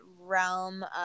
realm